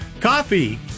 Coffee